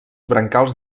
brancals